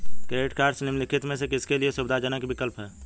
Credit cards निम्नलिखित में से किसके लिए सुविधाजनक विकल्प हैं?